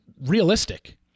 realistic